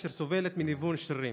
אשר סובלת מניוון שרירים,